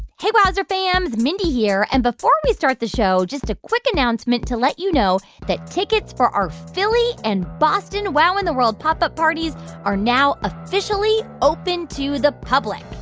hey, wowzer fams. mindy here. and before we start the show, just a quick announcement to let you know that tickets for our philly and boston wow in the world pop up parties are now officially open to the public.